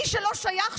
מי שלא שייך,